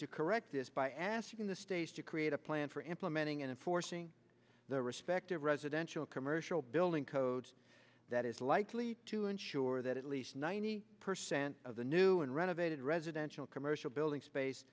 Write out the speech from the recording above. to correct this by asking the states to create a plan for implementing and forcing the respective residential commercial building code that is likely to ensure that at least ninety percent of the new and renovated residential commercial buildings space